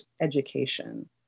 education